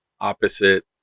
opposite